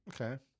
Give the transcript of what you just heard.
Okay